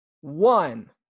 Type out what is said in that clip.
one